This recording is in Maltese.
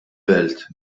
belt